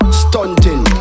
stunting